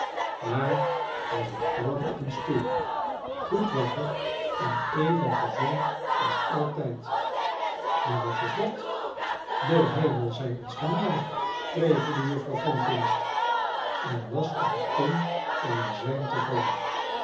maar hij zat kalm op een stoel goed wakker en even gezond als altijd maar wat was dat de hemel zij ons genadig prevelde juffrouw flintwinch en was op het punt om in i zwijm te vallen